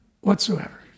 whatsoever